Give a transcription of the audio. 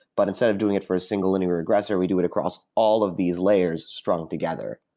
but instead of doing it for a single linear regressor, we do it across all of these layers strung together,